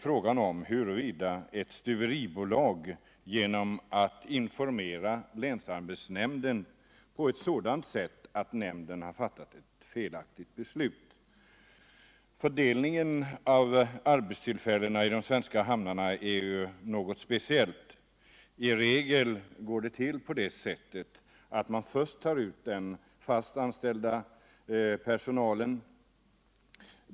Frågan är huruvida ett stuveribolag har informerat länsarbetsnämnden på ett sådant sätt att nämnden fattat ett felaktigt beslut. Fördelningen av arbetstillfällen i de svenska hamnarna är ju något speciellt. I regel går denna fördelning till på så sätt att man först tar ut den fast anställda personalen.